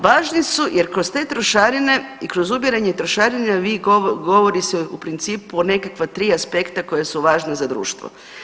Važni su jer kroz te trošarine i kroz ubiranje trošarina vi govori se u principu o nekakva tri aspekta koja su važna za društvo.